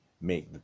make